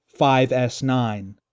5S9